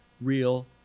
real